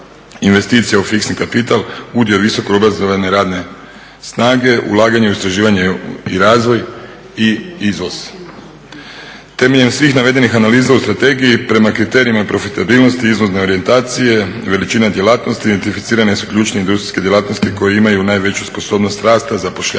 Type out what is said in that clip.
investicija u fiksni kapital, udio visokoobrazovane radne snage, ulaganje u istraživanje i razvoj i izvoz. Temeljem svih navedenih analiza u strategiji prema kriterijima profitabilnosti, izlazne orijentacije, veličine djelatnosti identificirane su ključne industrijske djelatnosti koje imaju najveću sposobnost rasta, zapošljavanja